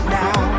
now